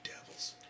Devils